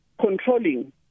controlling